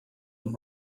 and